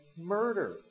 murder